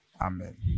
Amen